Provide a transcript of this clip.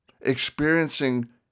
experiencing